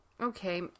Okay